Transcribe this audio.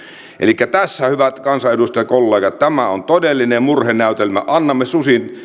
elikkä tässä hyvät kansanedustajakollegat on todellinen murhenäytelmä annamme